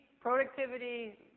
productivity